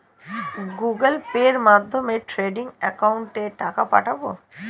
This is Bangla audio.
গুগোল পের মাধ্যমে ট্রেডিং একাউন্টে টাকা পাঠাবো?